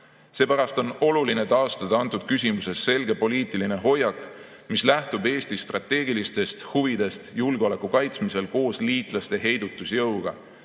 Seepärast on oluline taastada selles küsimuses selge poliitiline hoiak, mis lähtub Eesti strateegilistest huvidest julgeoleku kaitsmisel koos liitlaste heidutusjõuga.